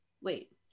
wait